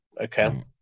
Okay